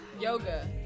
yoga